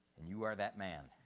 and you are that man.